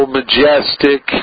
majestic